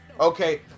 okay